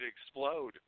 explode